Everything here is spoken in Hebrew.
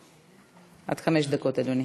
עד חמש דקות, אדוני.